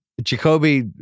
Jacoby